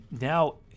now